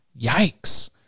Yikes